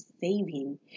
saving